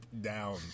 down